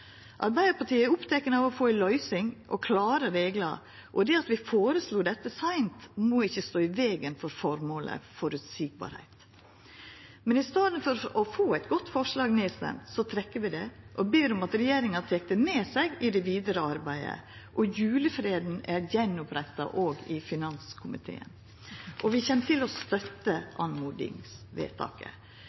Arbeidarpartiet er oppteken av å få ei løysing og klare reglar, og det at vi føreslo dette seint, må ikkje stå i vegen for formålet: føreseielegheit. Men i staden for å få eit godt forslag nedstemt, trekkjer vi det, og ber om at regjeringa tek det med seg i det vidare arbeidet – og julefreden er retta opp att òg i finanskomiteen! Vi kjem til å